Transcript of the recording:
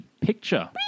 Picture